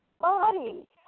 body